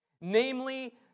namely